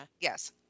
Yes